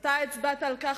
ואתה הצבעת על כך,